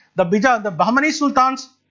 the but the bahmani sultans